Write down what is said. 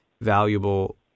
valuable